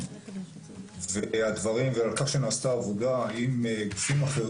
אמצעים ועל כך שנעשתה עבודה עם גופים אחרים